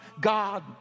God